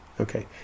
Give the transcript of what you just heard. okay